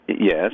Yes